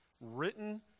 written